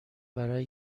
برای